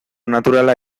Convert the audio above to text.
naturala